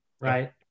Right